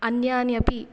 अन्यानि अपि